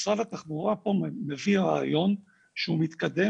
משרד התחבורה פה מביא רעיון שהוא מתקדם